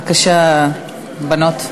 בבקשה, בנות.